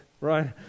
right